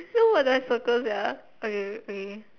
so what do I circle sia okay K okay K